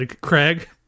Craig